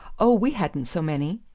oh, we hadn't so many!